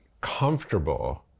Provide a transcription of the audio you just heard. comfortable